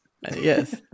Yes